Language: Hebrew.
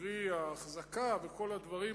קרי האחזקה וכל הדברים,